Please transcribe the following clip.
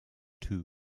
too